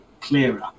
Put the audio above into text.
clearer